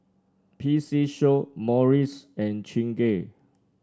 P C Show Morries and Chingay